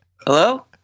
Hello